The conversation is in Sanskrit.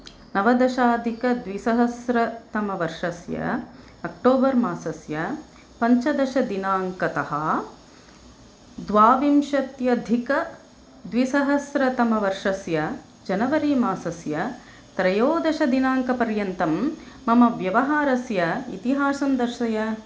नवदशाधिकद्विसहस्रतमवर्षस्य अक्टोबर् मासस्य पञ्चदशदिनाङ्कतः द्वाविंशत्यधिकद्विसहस्रतमवर्षस्य जनवरि मासस्य त्रयोदशदिनाङ्कपर्यन्तं मम व्यवहारस्य इतिहासं दर्शय